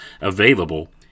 available